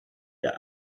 der